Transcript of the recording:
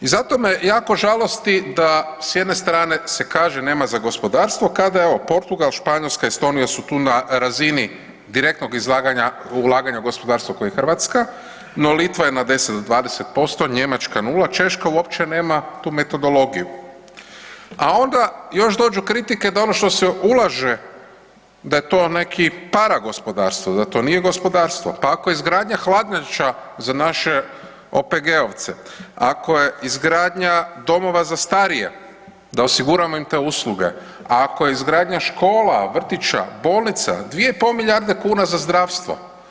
I zato me jako žalosti da s jedne strane se kaže nema za gospodarstvo, kada evo Portugal, Španjolska, Estonija su tu na razini direktnog ulaganja u gospodarstvo kao i Hrvatska, no Litva je na 10 do 20%, Njemačka nula, Češka uopće nema tu metodologiju, a onda još dođu kritike da ono što se ulaže da je to neki paragospodarstvo, da to nije gospodarstvo, pa ako je izgradnja hladnjača za naše OPG-ovce, ako je izgradnja domova za starije, da osiguramo im te usluge, ako je izgradnja škola, vrtića, bolnica, 2,5 milijarde kuna za zdravstvo.